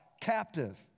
captive